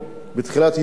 בתחילת יוני,